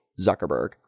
Zuckerberg